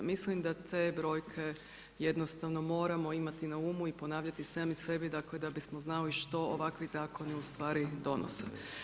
Mislim da te brojke jednostavno moramo imati na umu i ponavljati sami sebi dakle, da bismo znali što ovakvi zakoni ustvari donose.